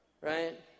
right